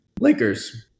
Lakers